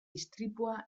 istripua